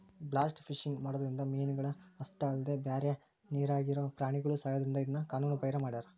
blast fishing ಮಾಡೋದ್ರಿಂದ ಮೇನಗಳ ಅಷ್ಟ ಅಲ್ಲದ ಬ್ಯಾರೆ ನೇರಾಗಿರೋ ಪ್ರಾಣಿಗಳು ಸಾಯೋದ್ರಿಂದ ಇದನ್ನ ಕಾನೂನು ಬಾಹಿರ ಮಾಡ್ಯಾರ